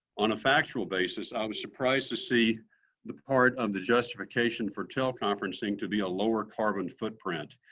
on a factual basis, i was surprised to see the part of the justification for teleconferencing to be a lower carbon footprint.